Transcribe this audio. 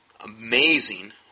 amazing